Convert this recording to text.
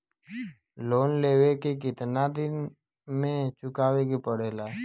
Loan लेवे के कितना दिन मे चुकावे के पड़ेला?